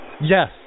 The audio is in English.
Yes